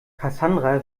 cassandra